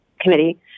committee